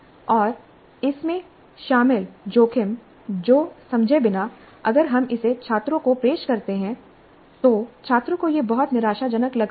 और इसमें शामिल जोखिम को समझे बिना अगर हम इसे छात्रों को पेश करते हैं तो छात्रों को यह बहुत निराशाजनक लग सकता है